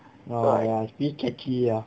oh ya bit catchy ya